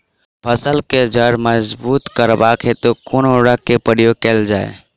फसल केँ जड़ मजबूत करबाक हेतु कुन उर्वरक केँ प्रयोग कैल जाय?